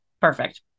Perfect